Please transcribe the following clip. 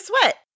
sweat